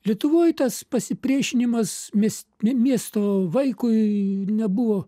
lietuvoj tas pasipriešinimas mes miesto vaikui nebuvo